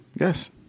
Yes